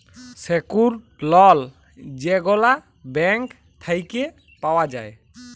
secured loan যেগলা bank থ্যাইকে পাউয়া যায়